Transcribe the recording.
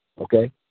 okay